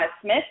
Smith